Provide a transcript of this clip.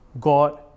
God